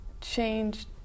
change